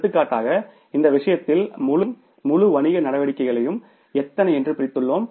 எடுத்துக்காட்டாக இந்த விஷயத்தில் முழு நிறுவனத்தையும் முழு வணிக நடவடிக்கைகளையும் எத்தனை என்று பிரித்துள்ளோம்